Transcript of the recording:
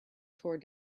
tore